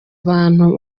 abantu